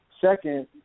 Second